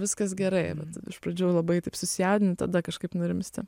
viskas gerai bet iš pradžių labai taip susijaudini tada kažkaip nurimsti